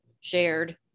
shared